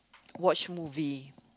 watch movie